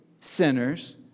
sinners